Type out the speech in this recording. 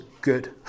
good